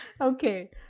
Okay